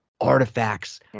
Artifacts